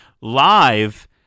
live